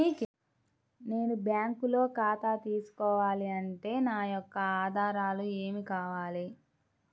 నేను బ్యాంకులో ఖాతా తీసుకోవాలి అంటే నా యొక్క ఆధారాలు ఏమి కావాలి?